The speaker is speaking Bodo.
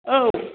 औ